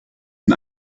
von